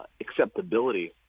acceptability